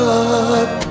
up